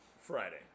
Friday